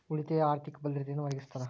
ಉಳಿತಾಯ ಆರ್ಥಿಕ ಭದ್ರತೆಯನ್ನ ಒದಗಿಸ್ತದ